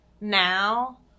now